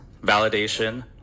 validation